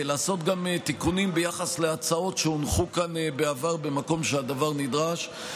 לעשות גם תיקונים ביחס להצעות שהונחו כאן בעבר במקום שהדבר נדרש,